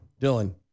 Dylan